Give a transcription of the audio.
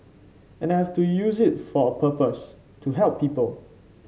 and I have to use it for a purpose to help people